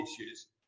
issues